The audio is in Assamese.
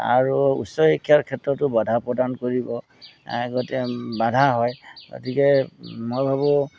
আৰু উচ্চশিক্ষাৰ ক্ষেত্ৰতো বাধা প্ৰদান কৰিব গতে বাধা হয় গতিকে মই ভাবোঁ